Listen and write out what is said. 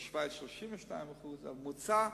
ובשווייץ ל-32%, אבל בהשוואה